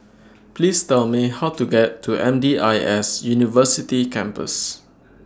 Please Tell Me How to get to M D I S University Campus